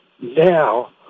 now